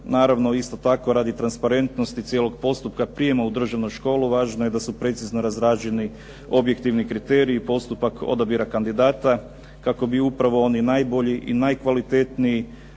Naravno isto tako radi transparentnosti cijelog postupka prijema u državnu školu važno je da su precizno razrađeni objektivni kriteriji, postupak odabira kandidata, kako bi upravo oni najbolji i najkvalitetniji